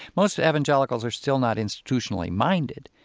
most evangelicals are still not institutionally minded.